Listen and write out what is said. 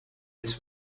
its